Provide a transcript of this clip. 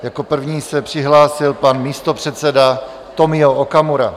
Jako první se přihlásil pan místopředseda Tomio Okamura.